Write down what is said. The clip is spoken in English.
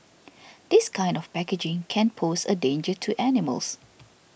this kind of packaging can pose a danger to animals